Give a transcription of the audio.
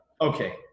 okay